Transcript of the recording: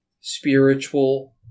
Spiritual